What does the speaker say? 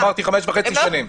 אמרתי חמש וחצי שנים.